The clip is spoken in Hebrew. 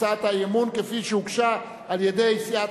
הצעת האי-אמון כפי שהוגשה על-ידי סיעת